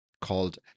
called